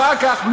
אחר כך,